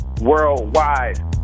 worldwide